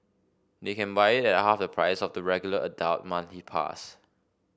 they can buy it at half the price of the regular adult monthly pass